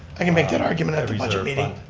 i can make that argument at the budget meeting.